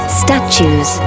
statues